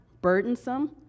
burdensome